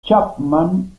chapman